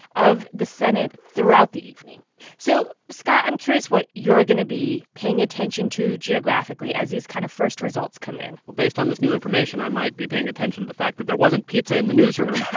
of the senate throughout the evening so, scott, i'm curious what you're going to be paying attention to geographically as these kind of first results come in well, based on this new information, i might be paying attention to the fact that there wasn't pizza in the newsroom.